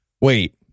Wait